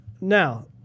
now